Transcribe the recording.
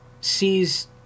sees